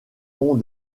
ont